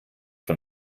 von